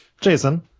Jason